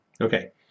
Okay